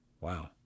Wow